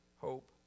hope